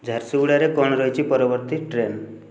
ଝାରସୁଗୁଡ଼ାରେ କ'ଣ ରହିଛି ପରବର୍ତ୍ତୀ ଟ୍ରେନ୍